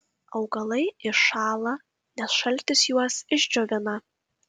augalai iššąla nes šaltis juos išdžiovina